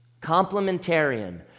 Complementarian